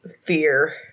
fear